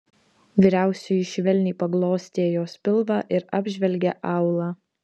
vyriausioji švelniai paglostė jos pilvą ir apžvelgė aulą